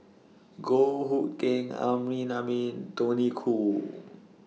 Goh Hood Keng Amrin Amin Tony Khoo